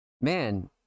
man